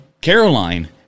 Caroline